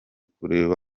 kureba